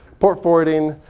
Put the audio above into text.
port forwarding.